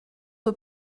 que